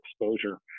exposure